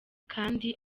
kandi